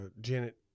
janet